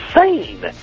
insane